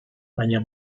baina